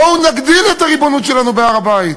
בואו נגדיל את הריבונות שלנו בהר-הבית,